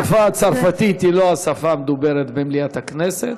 השפה הצרפתית היא לא השפה המדוברת במליאת הכנסת.